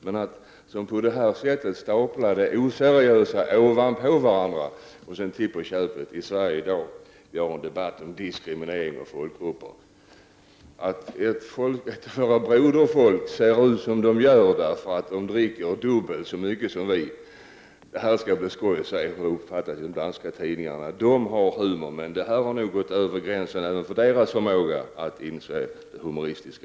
Men på det här sättet staplar man oseriösa påståenden ovanpå varandra och skapar i dagens Sverige till på köpet en debatt om diskriminering av folkgrupper. Man säger att ett broderfolk ser ut som det gör, eftersom det i det landet dricks dubbelt så mycket som i Sverige. Det skall bli skoj att se hur man uppfattar det här i de danska tidningarna. Danskarna har humor, men detta överskrider nog gränsen även för deras förmåga att inse det humoristiska.